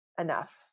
enough